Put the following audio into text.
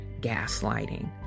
gaslighting